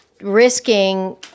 risking